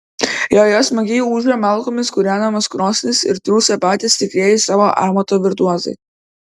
joje smagiai ūžia malkomis kūrenamos krosnys ir triūsia patys tikrieji savo amato virtuozai